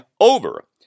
over